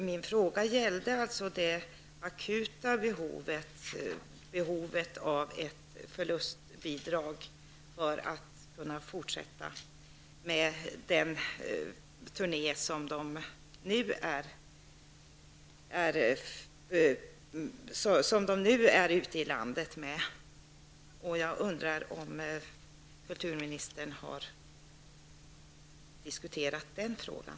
Min fråga avsåg det akuta behovet av ett förlustbidrag för att möjliggöra en fortsättning av den turné som gruppen nu gör ute i landet. Jag undrar om utbildningsministern har diskuterat den frågan.